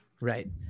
Right